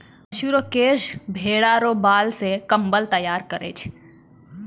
पशु रो केश भेड़ा रो बाल से कम्मल तैयार करै छै